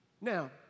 Now